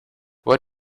what